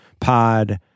pod